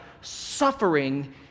suffering